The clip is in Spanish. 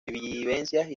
vivencias